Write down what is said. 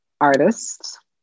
artist